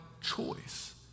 choice